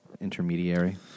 Intermediary